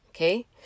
Okay